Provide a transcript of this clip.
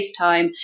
FaceTime